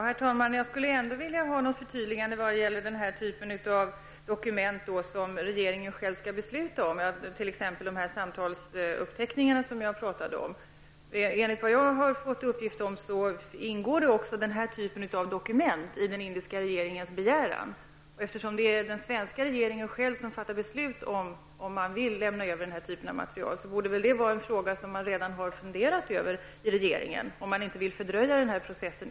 Herr talman! Jag skulle ändå vilja ha ett förtydligande när det gäller den typ av dokument som regeringen själv skall besluta om, t.ex. de samtalsuppteckningar som jag talade om. Enligt vad jag har fått uppgift om ingår också den typen av dokument i den indiska regeringens begäran. Eftersom regeringen själv fattar beslut om, huruvida man vill lämna över den typen av material, borde man väl i regeringen redan ha funderat över den frågan, om man inte ytterligare vill fördröja den här processen.